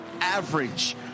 average